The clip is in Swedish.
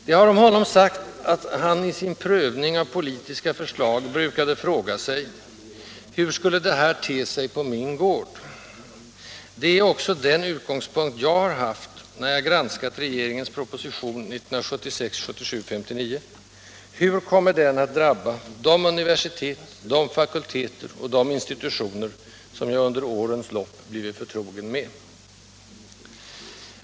Det har om honom sagts att han i sin prövning av politiska förslag brukade fråga sig: ”Hur skulle det här te sig på min gård?” Det är också den utgångspunkt jag har haft, när jag granskat regeringens proposition 1976/77:59: Hur kommer den att drabba de universitet, de fakulteter och de institutioner som jag under årens lopp blivit förtrogen med?